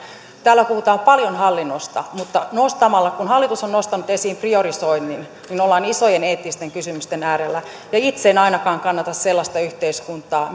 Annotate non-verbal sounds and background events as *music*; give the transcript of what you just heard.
täällä puhutaan paljon hallinnosta mutta kun hallitus on nostanut esiin priorisoinnin niin ollaan isojen eettisten kysymysten äärellä ja itse en ainakaan kannata sellaista yhteiskuntaa *unintelligible*